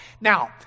Now